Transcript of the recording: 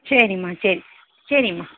சரிம்மா சரி சரிம்மா